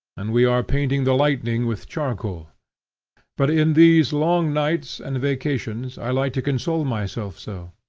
and we are painting the lightning with charcoal but in these long nights and vacations i like to console myself so.